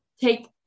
Take